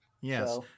yes